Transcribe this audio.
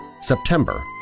September